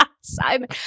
Simon